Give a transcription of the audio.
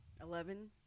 Eleven